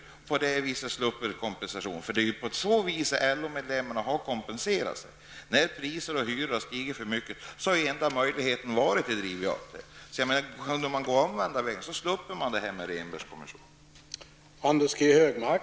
På så vis skulle löntagarna inte behöva någon kompensation -- det är ju på så sätt LO medlemmarna har kompenserat sig. När priser och hyror har stigit för mycket har den enda möjligheten varit att driva upp lönerna. Om man kunde gå den omvända vägen sluppe man